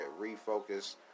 refocus